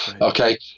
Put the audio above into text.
Okay